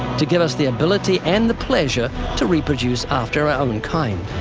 to give us the ability and the pleasure to reproduce after our own kind.